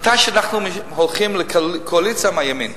כאשר אנחנו הולכים לקואליציה עם הימין.